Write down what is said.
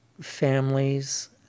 families